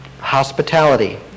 hospitality